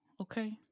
Okay